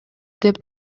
деп